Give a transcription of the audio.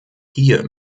hier